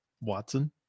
Watson